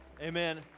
Amen